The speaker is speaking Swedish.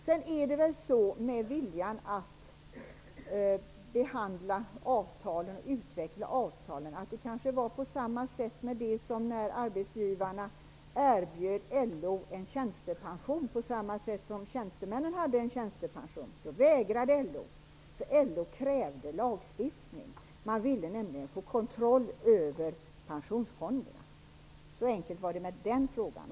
Sedan är det väl på samma sätt med viljan att behandla och utveckla avtalen som när arbetsgivarna erbjöd LO en tjänstepension, som tjänstemännen hade. LO vägrade, därför att LO krävde lagstiftning. Man ville nämligen få kontroll över pensionsfonderna. Så enkelt var det med den frågan.